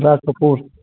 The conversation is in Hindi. राज कपूर